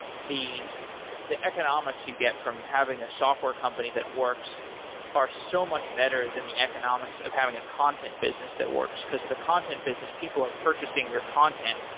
the the economics you get from having a software company that works are so much better than the economics of having a content business that works, because the content business people are purchasing their content,